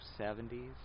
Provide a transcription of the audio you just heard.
70s